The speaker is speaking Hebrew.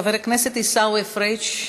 חבר הכנסת עיסאווי פריג',